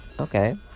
Okay